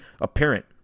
apparent